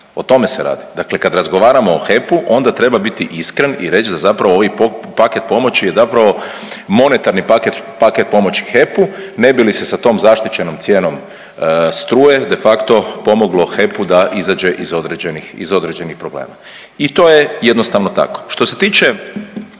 o tome se radi. Dakle kad razgovaramo o HEP-u onda treba biti iskren i reć da zapravo ovaj paket pomoći je zapravo monetarni paket, paket pomoći HEP-u ne bi li se sa tom zaštićenom cijenom struje de facto pomoglo HEP-u da izađe iz određenih, iz određenih problema i to je jednostavno tako. Što se tiče